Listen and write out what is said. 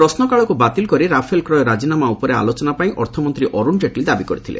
ପ୍ରଶ୍ନକାଳକୁ ବାତିଲ କରି ରାଫେଲ କ୍ରୟ ରାଜିନାମା ଉପରେ ଆଲୋଚନା ପାଇଁ ଅର୍ଥମନ୍ତ୍ରୀ ଅରୁଣ ଜେଟ୍ଲୀ ଦାବି କରିଥିଲେ